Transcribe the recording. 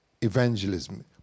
evangelism